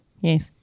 yes